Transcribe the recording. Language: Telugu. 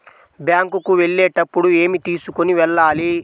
బ్యాంకు కు వెళ్ళేటప్పుడు ఏమి తీసుకొని వెళ్ళాలి?